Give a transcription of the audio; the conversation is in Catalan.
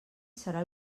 serà